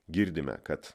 girdime kad